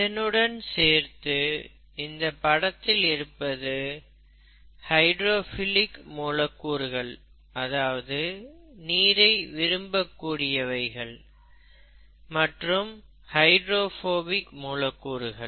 இதனுடன் சேர்ந்து இந்த படத்தில் இருப்பது ஹைடிரோஃபிலிக் மூலக்கூறுகள் அதாவது நீரை விரும்பக்கூடியவை ஹைடிரோஃபோபிக் மூலக்கூறுகள்